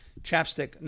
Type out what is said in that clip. chapstick